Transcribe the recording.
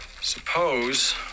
Suppose